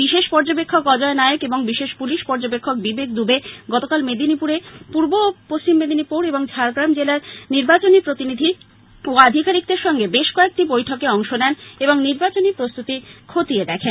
বিশেষ পর্যবেক্ষক অজয় নায়েক এবং বিশেষ পুলিশ পর্যবেক্ষক বিবেক দুবে গতকাল মেদিনীপুরে পূর্ব ও পশ্চিম মেদিনীপুর এবং ঝাড়গ্রাম জেলার নির্বাচনী প্রতিনিধি ও আধিকারিকদের সঙ্গে বেশ কয়েকটি বৈঠকে অংশ নেন এবং নির্বাচনী প্রস্তুতি খতিয়ে দেখেন